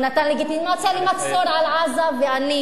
הוא נתן לגיטימציה למצור על עזה, נא לסיים.